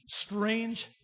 strange